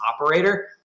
operator